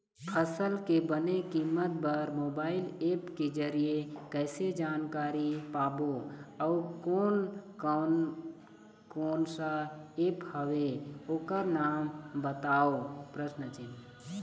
फसल के बने कीमत बर मोबाइल ऐप के जरिए कैसे जानकारी पाबो अउ कोन कौन कोन सा ऐप हवे ओकर नाम बताव?